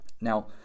Now